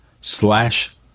slash